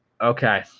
okay